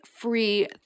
free